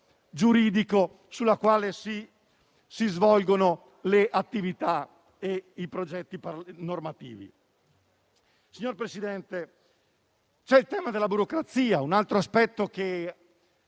giuridico su cui si svolgono le attività e i progetti normativi? Signor Presidente, c'è il tema della burocrazia, un altro aspetto che